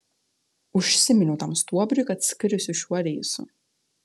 užsiminiau tam stuobriui kad skrisiu šiuo reisu